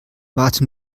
warte